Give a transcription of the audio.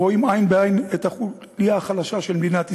רואים עין בעין את החוליה החלשה של מדינת ישראל.